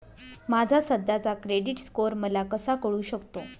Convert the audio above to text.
माझा सध्याचा credit score मला कसा कळू शकतो?